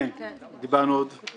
שתי